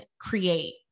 create